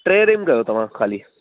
टे रिम कयो तव्हां खाली